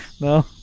No